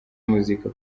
muzika